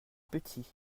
petit